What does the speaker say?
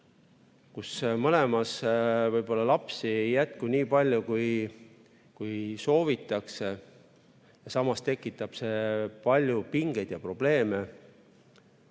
kus mõlemas võib-olla lapsi ei jätku nii palju, kui soovitakse. Samas tekitab see palju pingeid ja probleeme.